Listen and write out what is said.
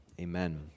Amen